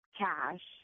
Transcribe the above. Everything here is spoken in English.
cash